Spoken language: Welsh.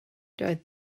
doedd